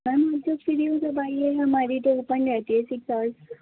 میم جب فری ہوں جب آئیے گا ہماری تو اوپن رہتی ہے سکس آورس